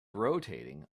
rotating